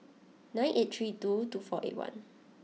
nine eight three two two four eight one